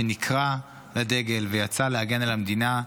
שנקרא לדגל ויצא להגן על המדינה,